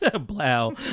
Blow